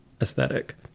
aesthetic